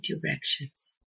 directions